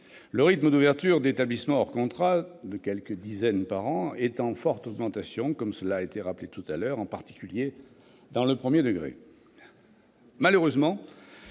le rythme d'ouverture d'établissements hors contrat, de quelques dizaines par an, est en forte augmentation, cela a été rappelé tout à l'heure, en particulier dans le premier degré.